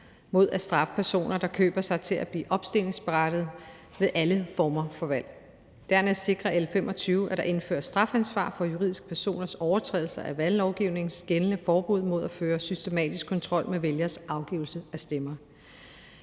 at straffe personer, der køber sig til at blive opstillingsberettigede ved alle former for valg. Dernæst sikrer L 25, at der indføres strafansvar for juridiske personers overtrædelse af valglovgivningens gældende forbud mod at føre systematisk kontrol med vælgeres afgivelse af stemmer.